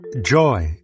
Joy